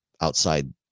outside